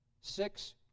six